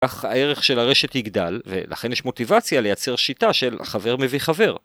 כך הערך של הרשת יגדל, ולכן יש מוטיבציה לייצר שיטה של חבר מביא חבר.